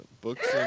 Books